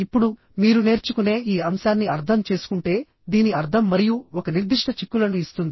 ఇప్పుడు మీరు నేర్చుకునే ఈ అంశాన్ని అర్థం చేసుకుంటే దీని అర్థం మరియు ఒక నిర్దిష్ట చిక్కులను ఇస్తుంది